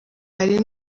hari